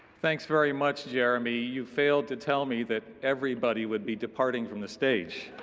thanks very much, jeremy you failed to tell me that everybody would be departing from the stage.